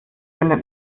findet